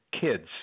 kids